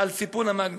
על סיפון ה"מָנָגֶם".